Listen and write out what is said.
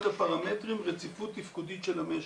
אחד הפרמטרים, רציפות תפקודית של המשק.